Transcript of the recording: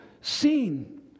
seen